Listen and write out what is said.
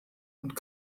und